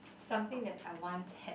something that I once had